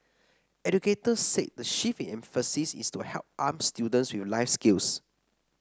educators said the shift in emphasis is to help arm students with life skills